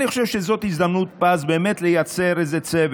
אני חושב שזאת הזדמנות פז באמת לייצר איזה צוות.